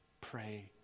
pray